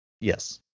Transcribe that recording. Yes